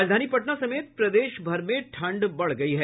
राजधानी पटना समेत प्रदेश भर में ठंड बढ़ गयी है